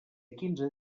quinze